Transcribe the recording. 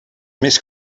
més